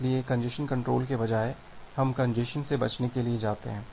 इसलिए congestion control के बजाय हम कंजेस्शन से बचने के लिए जाते हैं